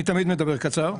אני תמיד מדבר בקצרה.